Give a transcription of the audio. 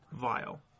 vile